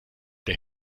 der